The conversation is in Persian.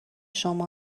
شما